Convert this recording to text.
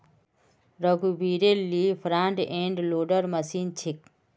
रघुवीरेल ली front end loader machine छेक